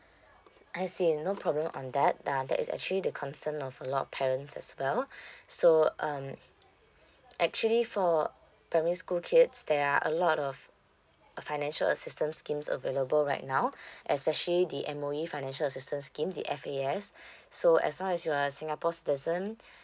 I see no problem on that uh that is actually the concern of a lot of parents as well so um actually for primary school kids there are a lot of uh financial assistance schemes available right now especially the M_O_E financial assistance scheme the F_S_A so as long as you are singapore citizen